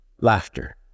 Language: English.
laughter